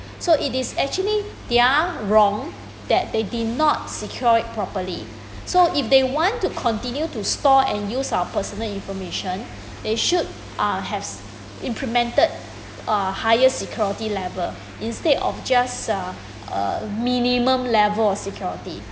so it is actually their wrong that they did not secure it properly so if they want to continue to store and use our personal information they should uh have implemented uh higher security level instead of just uh uh minimum level of security